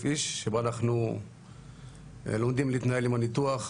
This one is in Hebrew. איש שבה אנחנו לומדים להתנהל עם הניתוח,